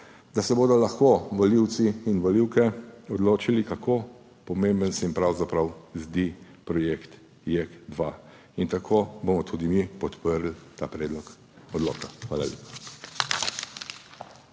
da se bodo lahko volivci in volivke odločili, kako pomemben se jim pravzaprav zdi projekt JEK2. In tako bomo tudi mi podprli ta predlog odloka. Hvala